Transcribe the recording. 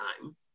time